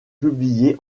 publiée